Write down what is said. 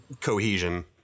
cohesion